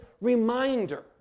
reminder